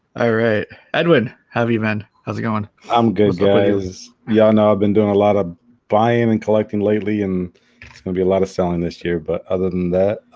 alright edwyn have you been how's it going i'm good y'all know i've been doing a lot of buying and collecting lately and it's gonna be a lot of selling this year but other than that